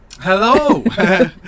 Hello